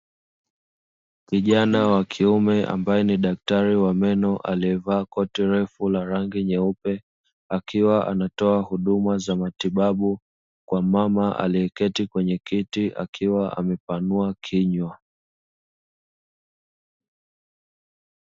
Kijana wa kuime ambaye ni daktari wa meno aliyevaa koti refu la rangi nyeupe, akiwa anatoa huduma za matibabu kwa mama aliyeketi kwenye kiti akiwa amepanua kinywa.